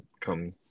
come